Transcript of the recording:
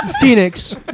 Phoenix